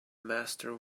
master